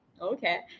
Okay